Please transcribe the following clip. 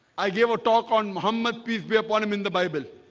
i gave a talk on muhammad. peace be upon him in the bible.